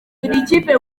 ikipe